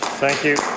thank you.